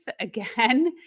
again